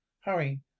Hurry